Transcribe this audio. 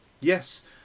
Yes